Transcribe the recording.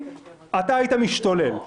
אתה היית משתולל.